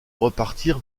repartir